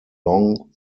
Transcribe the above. long